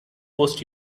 post